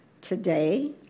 today